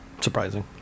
Surprising